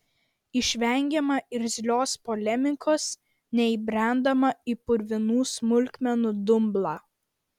išvengiama irzlios polemikos neįbrendama į purvinų smulkmenų dumblą